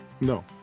No